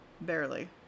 Barely